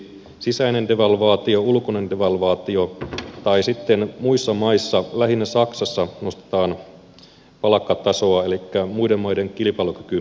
sisäinen devalvaatio ulkoinen devalvaatio tai sitten muissa maissa lähinnä saksassa nostetaan palkkatasoa elikkä muiden maiden kilpailukyky heikkenee